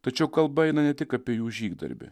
tačiau kalba eina ne tik apie jų žygdarbį